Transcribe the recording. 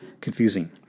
Confusing